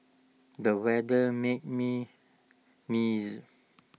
the weather made me neeze